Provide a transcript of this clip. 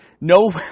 No